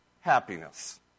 happiness